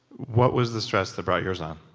what was the stress that brought yours on?